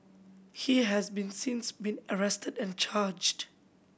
he has been since been arrested and charged